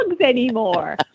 anymore